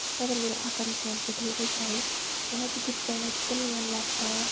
तर मेरो आकाङ्क्षाहरू चाहिँ धेरै छ है मलाई चाहिँ गीत गाउन एकदमै मनलाग्छ